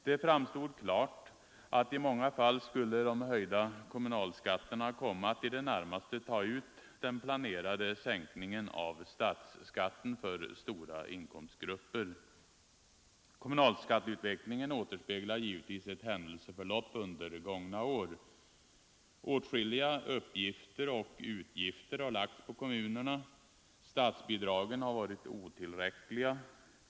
Det framstod klart att i många fall skulle de höjda kommunalskatterna komma att i det närmaste ta ut den planerade sänkningen av statsskatten för stora inkomstgrupper. Kommunalskatteutvecklingen återspeglar givetvis ett händelseförlopp under gångna år. Åtskilliga uppgifter och utgifter har lagts på kommunerna. Statsbidragen har varit otillräckliga.